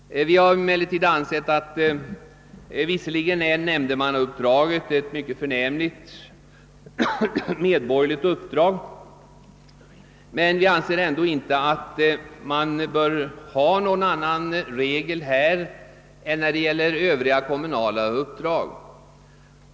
Enligt utskottsmajoritetens mening är nämndemannauppdraget visserligen ett mycket förnämligt medborgerligt uppdrag, men man bör ändå inte ha någon annan åldersregel än när det gäl ler övriga kommunala uppdrag.